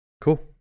cool